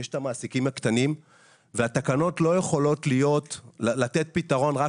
יש את המעסיקים הקטנים והתקנות לא יכולות לתת פתרון רק